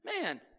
man